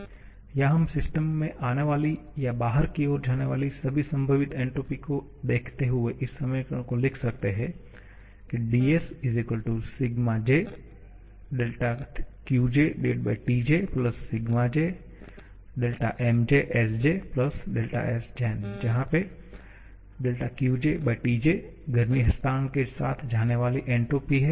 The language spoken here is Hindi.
या हम सिस्टम में आनेवाली या बाहर की और जानेवाली सभी संभवित एन्ट्रापी को देखते हुए इस समीकरण को लिख सकते हैं 𝑑𝑆 𝛴𝑗𝛿𝑄𝑗𝑇𝑗 𝛴𝑗𝛿𝑚𝑗𝑠𝑗𝛿𝑠𝑔𝑒𝑛 जहा पे 𝛿𝑄𝑗𝑇𝑗गर्मी हस्तांतरण के साथ आने वाली एन्ट्रापी है